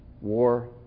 war